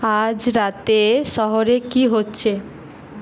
আজ রাতে শহরে কী হচ্ছে